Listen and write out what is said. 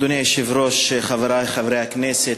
אדוני היושב-ראש, חברי חברי הכנסת,